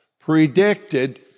predicted